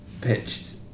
pitched